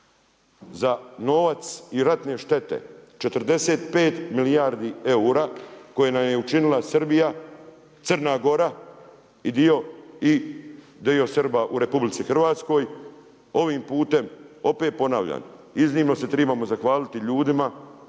za novac i ratne štete, 45 milijardi eura koje nam je učinila Srbija, Crna Gora i dio Srba u RH. Ovim putem opet ponavljam, iznimno se trebamo zahvaliti ljudima